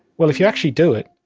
well, if you actually do it,